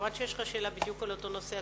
כיוון שיש לך שאלה בדיוק על אותו נושא,